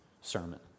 sermon